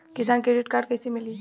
किसान credit card कइसे मिली?